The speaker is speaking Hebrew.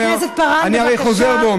חברת הכנסת פארן, בבקשה.